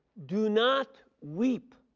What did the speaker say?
do not weep.